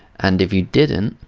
and if you didn't,